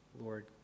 Lord